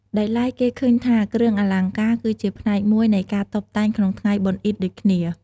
ដោយឡែក គេឃើញថា គ្រឿងអលង្ការគឺជាផ្នែកមួយនៃការតុបតែងក្នុងថ្ងៃបុណ្យអ៊ីឌដូចគ្នា។